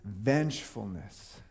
vengefulness